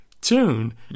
tune